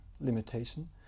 limitation